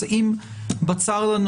בצר לנו,